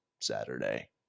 Saturday